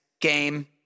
game